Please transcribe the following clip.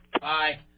Bye